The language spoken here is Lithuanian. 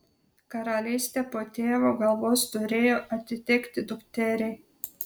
karalystė po tėvo galvos turėjo atitekti dukteriai